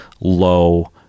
low